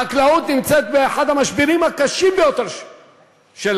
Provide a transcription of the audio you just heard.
החקלאות נמצאת באחד המשברים הקשים ביותר שלה,